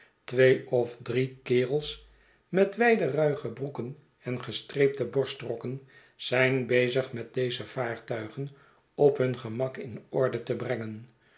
twee of drie kerels met wijde ruige broeken en gestreepte borstrokken zijn bezig met deze vaartuigen op hun gemak in orde te brengen